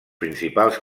principals